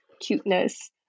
cuteness